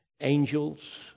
Angels